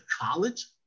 college